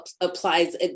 applies